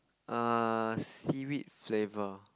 err seaweed flavour